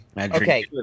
Okay